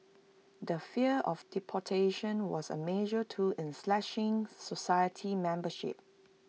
the fear of deportation was A major tool in slashing society membership